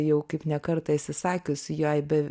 jau kaip ne kartą esi sakius jei be